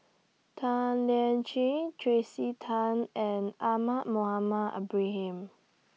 Tan Lian Chye Tracey Tan and Ahmad Mohamed Ibrahim